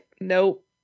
nope